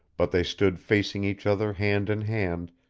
but they stood facing each other hand in hand,